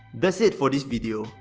that's it for this video,